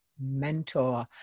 mentor